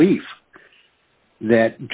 belief that